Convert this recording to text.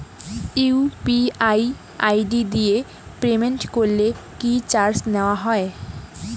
UPI ID দিয়ে payment করলে কি চার্জ নেয়া হয়?